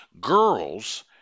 girls